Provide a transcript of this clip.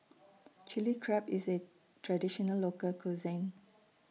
Chilli Crab IS A Traditional Local Cuisine